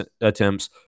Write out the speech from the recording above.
attempts